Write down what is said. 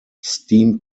steam